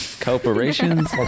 Corporations